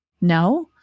No